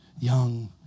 young